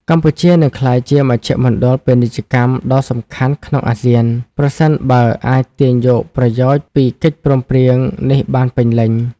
កម្ពុជានឹងក្លាយជាមជ្ឈមណ្ឌលពាណិជ្ជកម្មដ៏សំខាន់ក្នុងអាស៊ាន ប្រសិនបើអាចទាញយកប្រយោជន៍ពីកិច្ចព្រមព្រៀងនេះបានពេញលេញ។